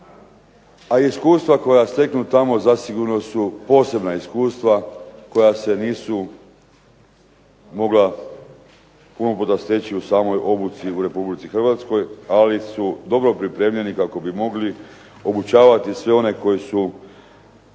A iskustva koja steknu tamo zasigurno su dobra iskustva koja se nisu mogla puno puta steći u samoj obuci u Republici Hrvatskoj ali su dobro pripremljeni kako bi mogli obučavati sve one koji su